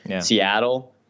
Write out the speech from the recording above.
Seattle